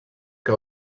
que